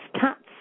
cats